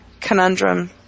conundrum